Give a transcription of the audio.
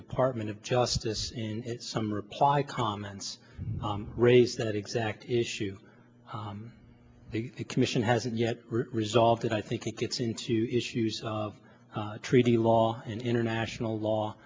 department of justice in some reply comments raised that exact issue the commission hasn't yet resolved it i think it gets into issues of treaty law and international law